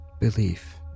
Belief